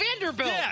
Vanderbilt